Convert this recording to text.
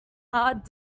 hard